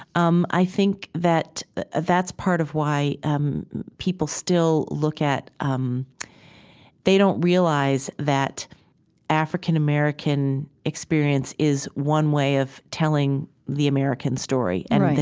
um i think that that that's part of why um people still look at um they don't realize that african american experience is one way of telling the american story and that,